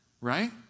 right